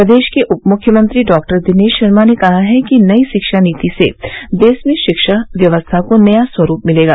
प्रदेश के उप मुख्यमंत्री डॉक्टर दिनेश शर्मा ने कहा है कि नई शिक्षा नीति से देश में शिक्षा व्यवस्था को नया स्वरूप मिलेगा